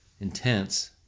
intense